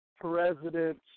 President